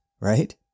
right